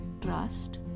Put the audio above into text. trust